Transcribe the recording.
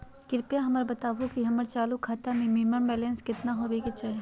कृपया हमरा बताहो कि हमर चालू खाता मे मिनिमम बैलेंस केतना होबे के चाही